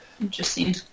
interesting